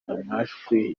amajwi